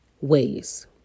ways